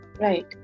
Right